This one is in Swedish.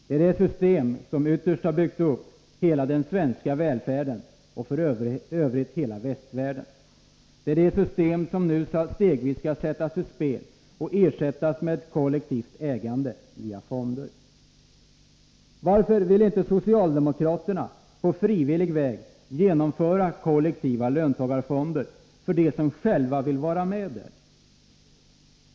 Det är det system som ytterst har byggt upp hela den svenska välfärden, f. ö. hela västvärlden. Det är det system som nu stegvis skall sättas ur spel och ersättas med ett kollektivt ägande via fonder. Varför vill inte socialdemokraterna på frivillig väg genomföra kollektiva | löntagarfonder för dem som själva vill vara med där?